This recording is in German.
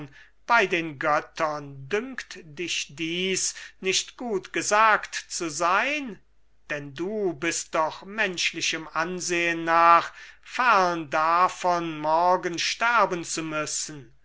bei den göttern dünkt dich dies nicht gut gesagt zu sein denn du bist doch menschlichem ansehen nach fern davon morgen sterben zu müssen